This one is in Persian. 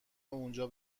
اونجا